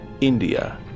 India